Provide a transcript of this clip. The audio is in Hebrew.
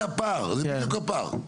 זה בדיוק הפער.